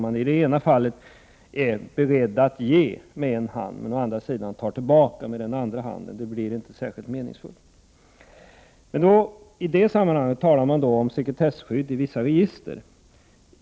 Man ger med ena handen men tar tillbaka med den andra. Det är inte särskilt meningsfullt. I det sammanhanget talar man om sekretesskydd i vissa register.